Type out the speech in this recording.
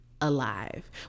alive